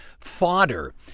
fodder